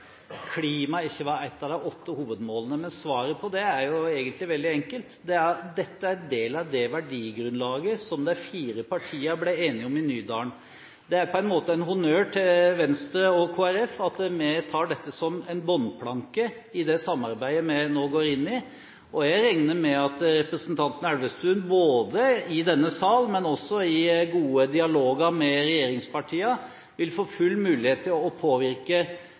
klima ikke var et av de åtte hovedmålene, men svaret på det er egentlig veldig enkelt: Dette er en del av det verdigrunnlaget som de fire partiene ble enige om i Nydalen. Det er på en måte en honnør til Venstre og Kristelig Folkeparti at vi har dette som en bunnplanke i det samarbeidet vi nå går inn i, og jeg regner med at representanten Elvestuen – både i denne sal og i gode dialoger med regjeringspartiene – vil få full mulighet til å